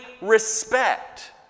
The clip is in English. respect